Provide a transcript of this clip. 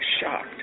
shocked